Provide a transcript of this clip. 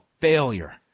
failure